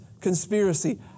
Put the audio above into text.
conspiracy